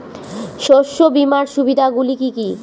শস্য বীমার সুবিধা গুলি কি কি?